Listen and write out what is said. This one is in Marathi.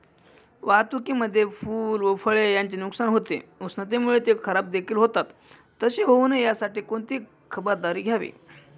वाहतुकीमध्ये फूले व फळे यांचे नुकसान होते, उष्णतेमुळे ते खराबदेखील होतात तसे होऊ नये यासाठी कोणती खबरदारी घ्यावी?